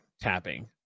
tapping